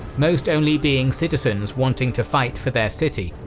most only being citizens wanting to fight for their city,